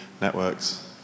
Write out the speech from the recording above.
networks